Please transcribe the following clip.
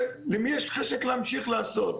ולמי יש חשק להמשיך לעשות?